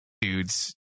dudes